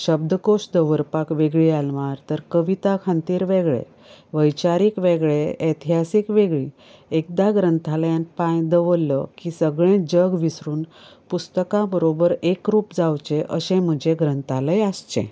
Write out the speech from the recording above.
शब्दकोश दवरपाक वेगळीं आलमार तर कविता खातीर वेगळे वैचारीक वेगळें एतिहासीक वेगळीं एकदां ग्रंथालयांत पांय दवरलो की सगळें जग विसरून पुस्तकां बरोबर एक रुप जावचें अशें म्हजें ग्रंथालय आसचें